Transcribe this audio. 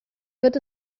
wird